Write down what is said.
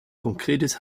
konkretes